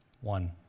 One